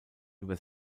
über